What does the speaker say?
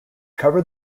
cover